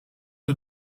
aux